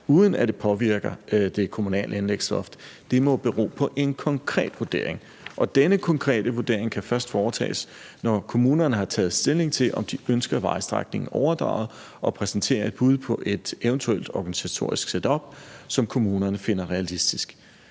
uden at det påvirker det kommunale anlægsloft, må bero på en konkret vurdering. Og denne konkrete vurdering kan først foretages, når kommunerne har taget stilling til, om de ønsker vejstrækningen overdraget, og præsenterer et bud på et eventuelt organisatorisk setup, som kommunerne finder realistisk.